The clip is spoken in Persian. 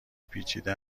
پیچیده